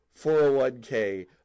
401k